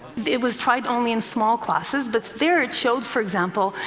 it was tried only in small classes, but there it showed, for example,